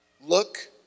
look